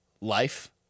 life